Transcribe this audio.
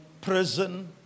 prison